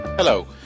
Hello